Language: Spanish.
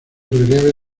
relieve